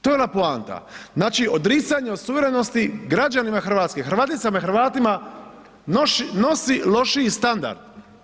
To je ona poanta, znači odricanje od suverenosti građanima Hrvatske, Hrvaticama i Hrvatima nosi lošiji standard.